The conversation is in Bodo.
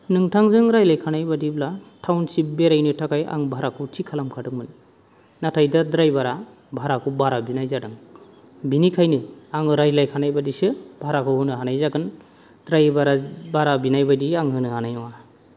नोंथांजों रायलायखानाय बादिब्ला टावनसिप बेरायनो थाखाय आं भाराखौ थि खालामखादोंमोन नाथाय दा ड्राइभार आ भाराखौ बारा बिनाय जादों बेनिखायनो आङो रायलायखानाय बादिसो भाराखौ होनो हानाय जागोन ड्राइभार आ बारा बिनाय बायदि आं होनो हानाय नङा